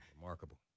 Remarkable